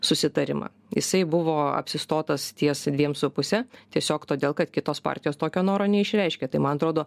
susitarimą jisai buvo apsistotas ties dviem su puse tiesiog todėl kad kitos partijos tokio noro neišreiškė tai man atrodo